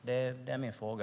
Det är min fråga.